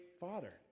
Father